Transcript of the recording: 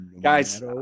guys